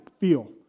feel